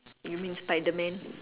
you mean spiderman